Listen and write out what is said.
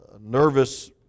nervous